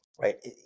right